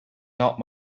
not